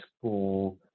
school